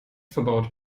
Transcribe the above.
verbaut